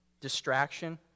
distraction